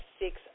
six